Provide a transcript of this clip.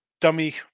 dummy